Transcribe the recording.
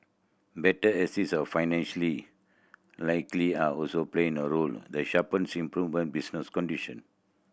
better access of financially likely are also played a role the sharp improvement in business condition